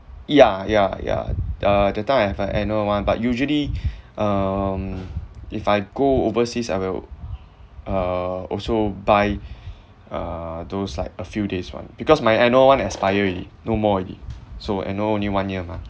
ya ya ya uh that time I have a annual one but usually um if I go overseas I will uh also buy uh those like a few days one because my annual one expire already no more already so annual only one year mah